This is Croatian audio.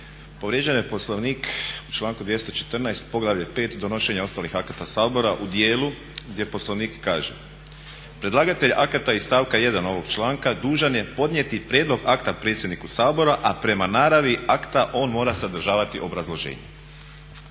Povrijeđen je Poslovnik u članku 214., poglavlje 5, donošenje ostalih akata Sabora u dijelu gdje Poslovnik kaže: predlagatelj akata iz stavka 1. ovoga članka dužna je podnijeti prijedlog akta predsjedniku Sabora, a prema naravi akta on mora sadržavati obrazloženje.